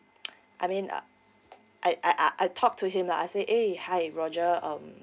I mean uh I I ah I talked to him lah I say eh hi roger um